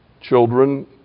Children